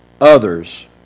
others